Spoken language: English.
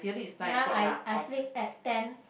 ya I I sleep at ten